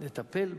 זה לטפל בדיור,